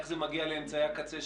איך זה מגיע לאמצעי הקצה,